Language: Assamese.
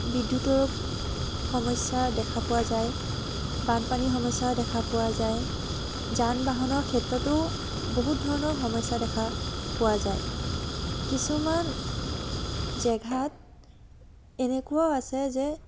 বিদ্য়ুতৰ সমস্য়া দেখা পোৱা যায় বানপানীৰ সমস্য়াও দেখা পোৱা যায় যান বাহনৰ ক্ষেত্ৰতো বহুত ধৰণৰ সমস্য়া দেখা পোৱা যায় কিছুমান জেগাত এনেকুৱাও আছে যে